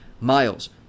Miles